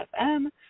FM